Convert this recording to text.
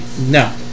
No